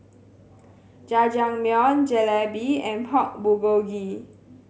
Jajangmyeon Jalebi and Pork Bulgogi